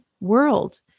world